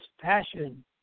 passion